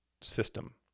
system